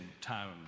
town